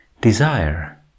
desire